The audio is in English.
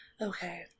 Okay